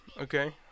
Okay